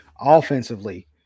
offensively